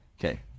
Okay